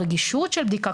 הרגישות של הבדיקה,